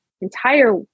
entire